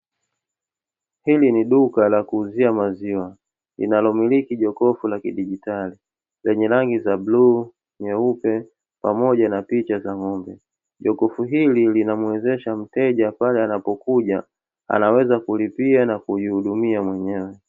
Hili ni duka la kuuzia maziwa, linalomiliki jokofu la kidigitali lenye rangi za bluu, nyeupe pamoja na picha za ng'ombe. Jokofu hili linamuwezesha mteja pale anapokuja, anaweza kulipia na kujihudumia mwenyewe.